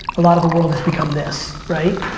a lot of the world has become this. right?